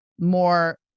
more